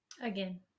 Again